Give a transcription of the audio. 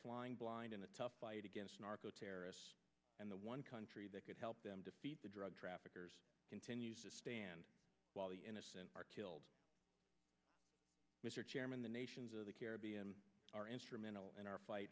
flying blind in a tough fight against narco terrorists and the one country that could help them defeat the drug traffickers continues to stand while the innocent are killed mr chairman the nations of the caribbean are instrumental in our fight